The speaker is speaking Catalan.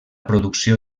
producció